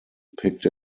picked